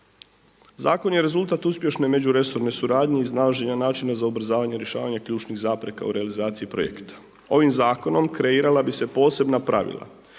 Zakon je rezultat uspješne međuresorne suradnje iz nalaženja načina za ubrzavanje, rješavanje ključnih zapreka u realizaciji projekta. Ovim zakonom kreirala bi se posebna pravila